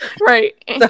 Right